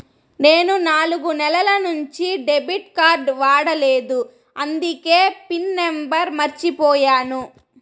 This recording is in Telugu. నేను నాలుగు నెలల నుంచి డెబిట్ కార్డ్ వాడలేదు అందికే పిన్ నెంబర్ మర్చిపోయాను